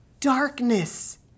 darkness